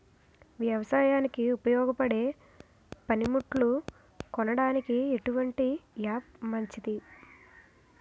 వ్యవసాయానికి ఉపయోగపడే పనిముట్లు కొనడానికి ఎటువంటి యాప్ మంచిది?